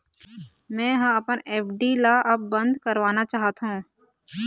मै ह अपन एफ.डी ला अब बंद करवाना चाहथों